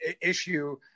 issue